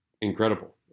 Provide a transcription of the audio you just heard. incredible